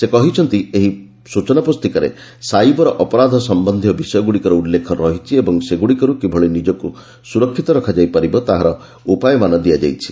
ସେ କହିଛନ୍ତି ଏହି ସ୍ବଚନା ପୁସ୍ତିକାରେ ସାଇବର ଅପରାଧ ସମ୍ପନ୍ଧୀୟ ବିଷୟଗୁଡ଼ିକର ଉଲ୍ଲେଖ ରହିଛି ଓ ସେଗୁଡ଼ିକରୁ କିଭଳି ନିଜକୁ ସୁରକ୍ଷିତ ରଖାଯାଇ ପାରିବ ତାହାର ଉପାୟମାନ ଦିଆଯାଇଛି